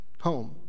home